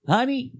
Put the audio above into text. Honey